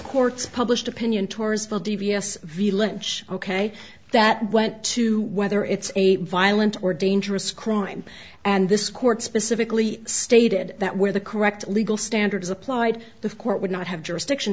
court's published opinion tours valdivieso v let's ok that went to whether it's a violent or dangerous crime and this court specifically stated that where the correct legal standards applied the court would not have jurisdiction